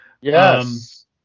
Yes